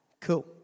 Cool